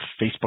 Facebook